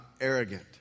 arrogant